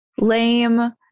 lame